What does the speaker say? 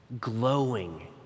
glowing